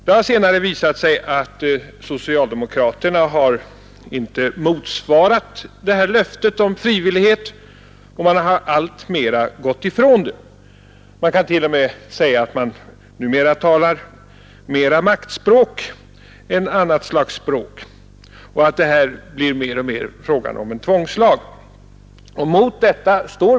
Det har senare visat sig att socialdemokraterna inte har motsvarat detta löfte om frivillighet utan att de alltmer gått ifrån detta. Man kan t.o.m. säga att de numera talar mera maktspråk än annat slags språk i detta sammanhang och att det mer och mer blir fråga om en tvångslag.